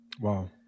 Wow